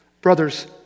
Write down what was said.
Brothers